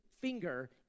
finger